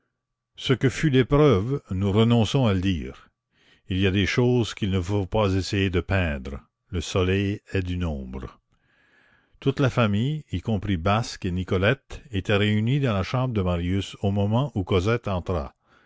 ce que fut l'épreuve nous renonçons à le dire il y a des choses qu'il ne faut pas essayer de peindre le soleil est du nombre toute la famille y compris basque et nicolette était réunie dans la chambre de marius au moment où